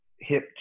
hip